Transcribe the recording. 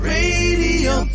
Radio